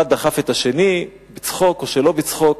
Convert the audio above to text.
אחד דחף את השני, בצחוק או שלא בצחוק,